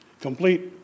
complete